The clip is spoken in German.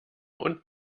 und